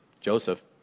Joseph